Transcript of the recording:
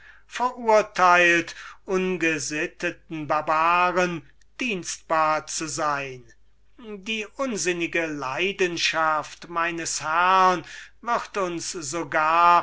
verurteilt ungesitteten barbaren dienstbar zu sein die unsinnige leidenschaft meines herrn wird uns so